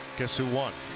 guess who won?